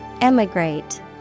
Emigrate